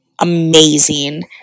amazing